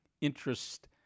interest